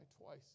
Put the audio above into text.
twice